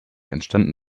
entstanden